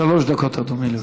שלוש דקות, אדוני.